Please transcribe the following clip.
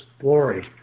glory